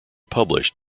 published